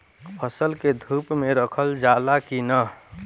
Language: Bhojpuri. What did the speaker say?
फसल के धुप मे रखल जाला कि न?